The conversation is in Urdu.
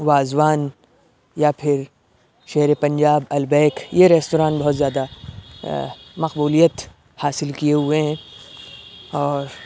وازوان یا پھر شیر پنجاب البیت یہ ریستوران بہت زیادہ مقبولیت حاصل کئے ہوئے ہیں اور